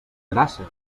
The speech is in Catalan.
grasses